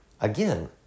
Again